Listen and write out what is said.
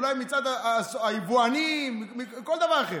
אולי מצד היבואנים או כל דבר אחר,